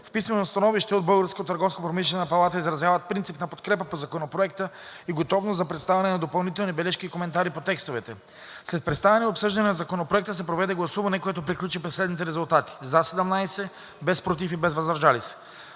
палата изразяват принципна подкрепа по Законопроекта и готовност за предоставяне на допълнителни бележки и коментари по текстовете. След представяне и обсъждане на Законопроекта се проведе гласуване, което приключи при следните резултати: „за“ 17, без „против“ и „въздържал се“.